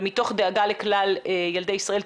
ומתוך דאגה לכלל ילדי ישראל.